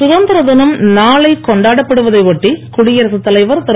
சுதந்திர தினம் நாளை கொண்டாடப்படுவதை ஒட்டி குடியரசுத் தலைவர் திரு